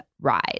ride